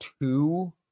two